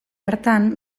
hartan